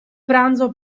pranzo